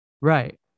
Right